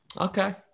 okay